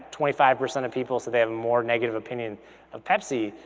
twenty five percent of people said they have a more negative opinion of pepsi,